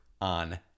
on